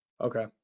Okay